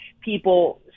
people